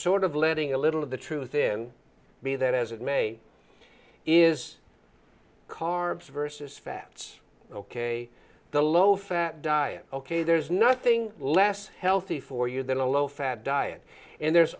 sort of letting a little of the truth in be that as it may is carbs versus fats ok the low fat diet ok there's nothing less healthy for you than a low fat diet and there's